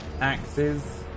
axes